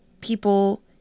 people